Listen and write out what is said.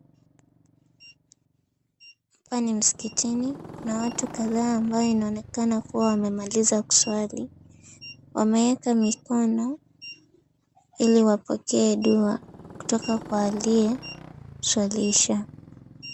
Hapa ni msikitini, kuna watu kadhaa ambao inaonekana wamemaliza kuswali. Wameeka mikono ili wapokee dua kutoka kwa aliye swalisha.